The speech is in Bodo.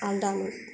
आलदामोन